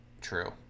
true